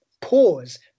Pause